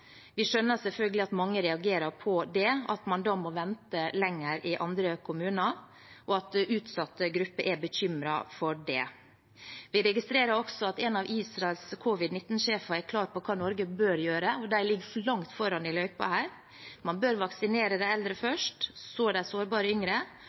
Vi skjønner selvfølgelig at mange reagerer på det, at man da må vente lenger i andre kommuner, og at utsatte grupper er bekymret for det. Vi registrerer også at en av Israels covid-19-sjefer er klar på hva Norge bør gjøre, de ligger langt foran i løypa: Man bør vaksinere de eldre